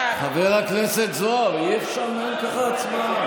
נגד חבר הכנסת זוהר, אי-אפשר לנהל ככה הצבעה.